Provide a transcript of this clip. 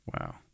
Wow